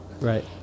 Right